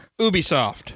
Ubisoft